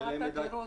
מה התדירות?